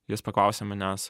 jis paklausė manęs